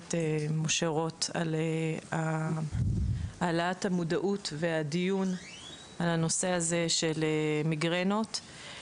הכנסת משה רוט על העלאת המודעות והדיון לנושא הזה של מיגרנות.